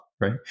right